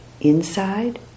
inside